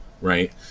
right